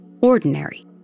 ordinary